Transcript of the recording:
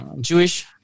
Jewish